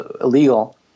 illegal